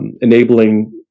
enabling